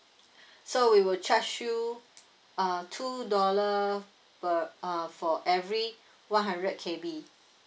so we will charge you uh two dollar per uh for every one hundred K_B